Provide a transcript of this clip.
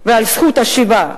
ועל זכות השיבה.